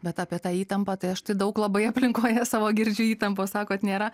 bet apie tą įtampą tai aš tai daug labai aplinkoje savo girdžiu įtampos sakot nėra